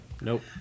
Nope